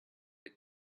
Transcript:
they